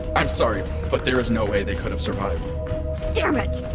i'm sorry, but there is no way they could have survived dammit!